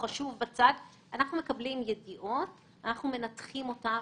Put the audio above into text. כשאנחנו מקבלים ידיעות אנחנו מנתחים אותן,